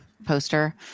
poster